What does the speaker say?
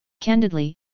Candidly